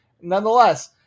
nonetheless